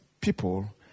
people